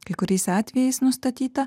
kai kuriais atvejais nustatyta